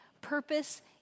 purpose